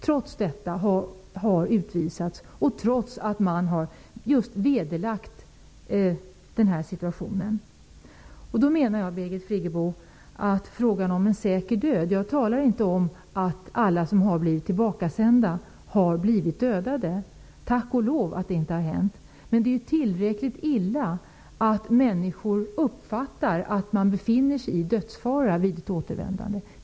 Trots detta, och trots att man har vederlagt denna situation, har hon utvisats. Jag säger inte att alla som har blivit tillbakasända har blivit dödade. Tack och lov att det inte har hänt. Men det är tillräckligt illa att människor uppfattar att de befinner sig i dödsfara vid ett återvändande.